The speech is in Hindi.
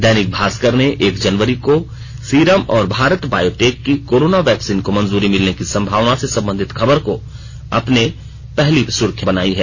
दैनिक भास्कर ने एक जनवरी को सीरम और भारत बायोटेक की कोरोना वैक्सिन को मंजूरी मिलने की संभावना से संबंधित खबर को अपनी पहली सुर्खी बनाई है